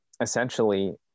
essentially